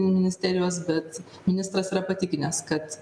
ministerijos bet ministras yra patikinęs kad